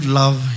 love